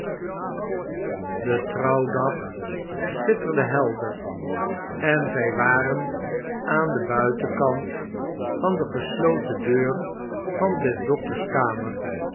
de trouwdag schitterde helder en zjj waren aan den buitenkant van de gesloten deur van des dokters kamer